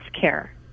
care